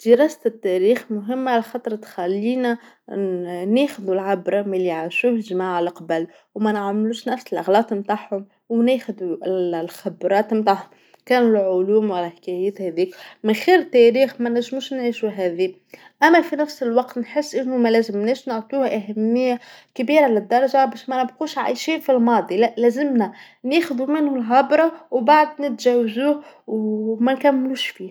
دراسة التاريخ مهمه علاخاطر تخلينا ن- ناخذو العبره من اللي عاشوه الجماعه اللي قبل، وما نعملوش نفس الأغلاط متاعهم، وناخدوال- الخبرات متاعهم، كامل العلوم والحكايات هاذيك، من غير تاريخ ما نجموش نعيشو، أما في نفس الوقت نحس أنو ما لازملناش نعطولو أهميه كبيره للدرجة باش ما نبقوش عايشين في الماضي، لاء، لازمنا ناخذو منو العبره وبعد نتجاوزوه وما نكملوش فيه.